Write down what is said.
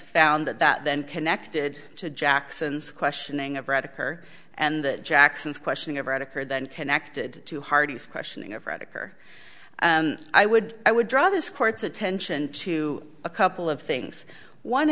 found that that then connected to jackson's questioning of red occur and that jackson's question ever had occurred then connected to harvey's questioning of redeker and i would i would draw this court's attention to a couple of things one